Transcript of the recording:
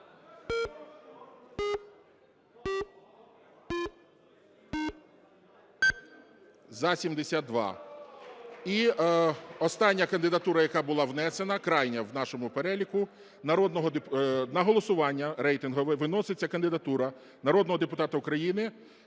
За-72 І остання кандидатура, яка була внесена, крайня в нашому переліку. На голосування рейтингове вноситься кандидатура народного депутата України